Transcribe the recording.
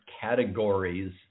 categories